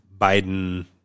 Biden